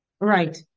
Right